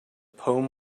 poem